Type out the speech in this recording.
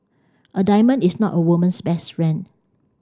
a diamond is not a woman's best friend